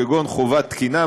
כגון חובת תקינה,